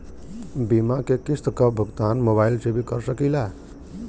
बीमा के किस्त क भुगतान मोबाइल से भी कर सकी ला?